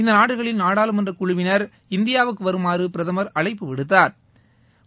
இந்த நாடுகளின் நாடாளுமன்ற குழுவினர் இந்தியாவுக்கு வருமாறு பிரதமர் அழைப்பு விடுத்தாா்